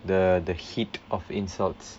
the the heat of insults